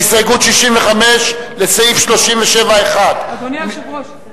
בהסתייגות 65 לסעיף 37(1) אדוני היושב-ראש,